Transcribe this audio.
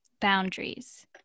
boundaries